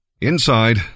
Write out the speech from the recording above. Inside